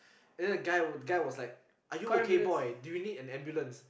and then the guy guy was like are you okay boy do you need an ambulance